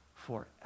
forever